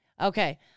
Okay